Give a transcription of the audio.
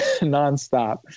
nonstop